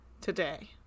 today